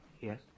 Yes